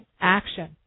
action